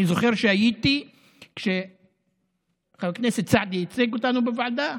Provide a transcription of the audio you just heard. אני זוכר שהייתי כשחבר הכנסת סעדי ייצג אותנו בוועדה,